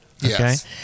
Yes